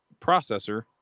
processor